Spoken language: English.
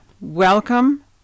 welcome